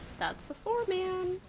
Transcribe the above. that's the four man